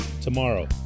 tomorrow